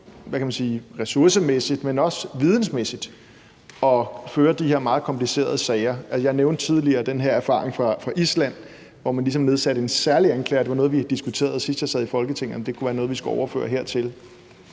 ressourcemæssigt, men også vidensmæssigt at føre de her meget komplicerede sager? Jeg nævnte tidligere den her erfaring fra Island, hvor man nedsatte en særlig anklager, og det var noget, vi diskuterede, sidst jeg sad i Folketinget, altså om det kunne være noget, man skulle overføre hertil.